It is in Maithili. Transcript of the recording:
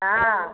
हाँ